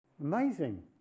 Amazing